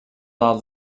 dalt